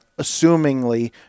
assumingly